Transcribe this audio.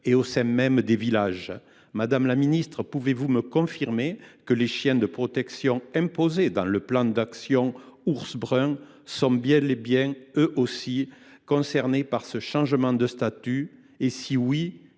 et au sein même des villages. Madame la ministre, pouvez vous me confirmer que les chiens de protection, imposés dans le cadre du plan d’actions Ours brun, sont bel et bien, eux aussi, concernés par ce changement de statut ? Si oui,